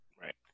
right